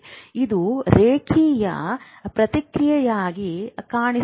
ಇದು ರೇಖೀಯ ಪ್ರಕ್ರಿಯೆಯಾಗಿ ಕಾಣಿಸಬಹುದು